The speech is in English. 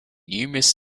numerous